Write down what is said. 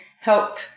help